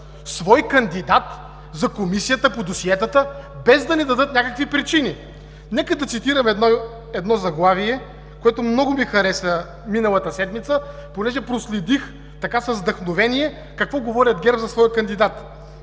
свой кандидат за Комисията по досиетата, без да ни дадат някакви причини! Нека да цитирам едно заглавие, което много ми хареса миналата седмица, понеже проследих, така, с вдъхновение, какво говорят ГЕРБ за своя кандидат.